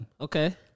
Okay